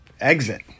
exit